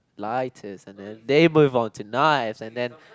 lighters and then they move on to knives and then